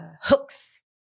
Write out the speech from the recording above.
hooks